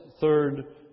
third